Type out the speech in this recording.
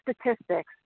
statistics